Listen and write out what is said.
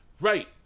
Right